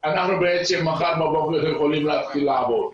אנחנו בעצם מחר בבוקר יכולים להתחיל לעבוד.